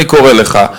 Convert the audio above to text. אני קורא לך,